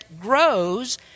grows